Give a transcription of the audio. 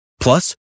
Plus